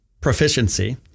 proficiency